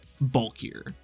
bulkier